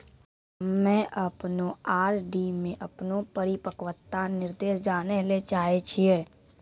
हम्मे अपनो आर.डी मे अपनो परिपक्वता निर्देश जानै ले चाहै छियै